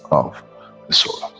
of the soul